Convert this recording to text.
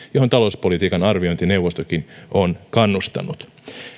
johon talouspolitiikan arviointineuvostokin on kannustanut